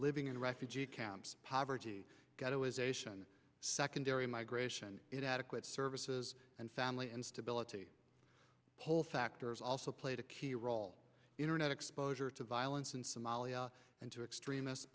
living in refugee camps poverty ghetto ization secondary migration inadequate services and family instability poll factors also played a key role internet exposure to violence in somalia and to extrem